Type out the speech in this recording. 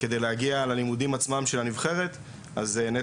כדי להגיע ללימודים עצמם של הנבחרת נטע